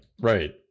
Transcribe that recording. Right